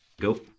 go